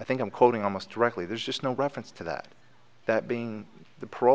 i think i'm quoting almost directly there's just no reference to that that being the paro